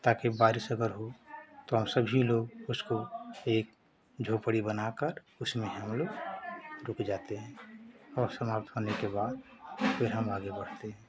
ताकि बारिश अगर हो तो वहाँ सभी लोग उसको एक झोपड़ी बनाकर उसमें हमलोग रुक जाते हैं और समाप्त होने के बाद फिर हम आगे बढ़ते हैं